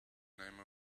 name